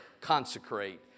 consecrate